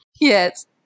Yes